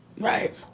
right